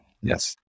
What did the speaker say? Yes